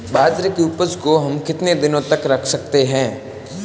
बाजरे की उपज को हम कितने दिनों तक रख सकते हैं?